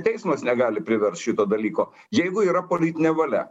teismas negali priverst šito dalyko jeigu yra politinė valia